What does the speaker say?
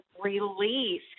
release